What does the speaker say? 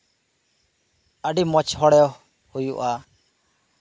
ᱟᱹᱰᱤ ᱢᱚᱸᱡ ᱦᱚᱲᱮ ᱦᱩᱭᱩᱜᱼᱟ